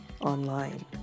online